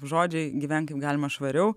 žodžiai gyvenk kaip galima švariau